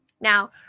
Now